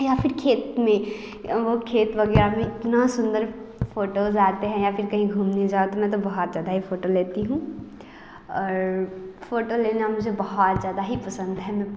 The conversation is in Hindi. या फिर खेत में खेत हो गया इतनी सुंदर फोटोस आती हैं या फिर कहीं घूमने जाओ तो मैं तो बहुत ज़्यादा ही फोटो लेती हूँ और फोटो लेना मुझे बहुत ज़्यादा ही पसंद है